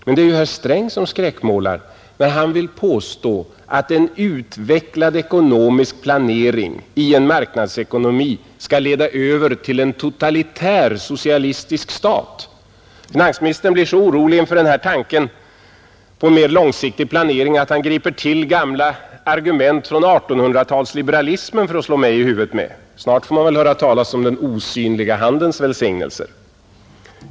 Men det är ju herr Sträng som skräckmålar, när han påstår att en utvecklad ekonomisk planering i en marknadsekonomi skulle leda över till en totalitär socialistisk stat. Finansministern blir så orolig inför tanken på en mer långsiktig planering att han griper till gamla argument från 1800-talsliberalismen för att slå mig i huvudet med. Snart får man väl höra talas om den osynliga handens välsignelser.